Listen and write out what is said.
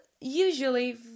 usually